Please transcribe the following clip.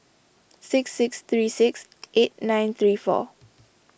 six six three six eight nine three four